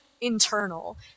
internal